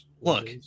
Look